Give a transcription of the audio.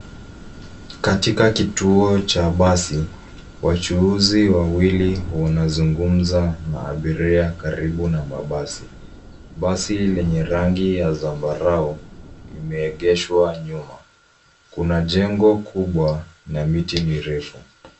Katika kituo cha basi wachuuzi wawili wanazungumza na abiria karibu na mabasi. Basi lenye rangi ya zambarau limeegeshwa nyuma. Kuna jengo kubwa na miti mirefu.